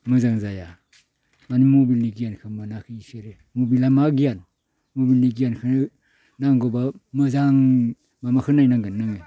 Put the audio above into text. मोजां जाया माने मबाइलनि गियानखो मोनाखै इसोरो मबाइला मा गियान मबाइलनि गियानखो नांगौब्ला मोजां माबाखो नायनांगोन नोङो